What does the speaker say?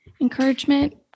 encouragement